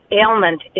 ailment